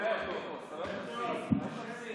חבריי חברי הכנסת,